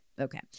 Okay